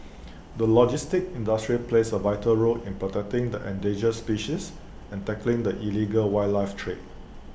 the logistics industry plays A vital role in protecting the endangered species and tackling the illegal wildlife trade